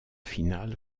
finale